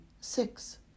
six